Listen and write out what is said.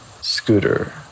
scooter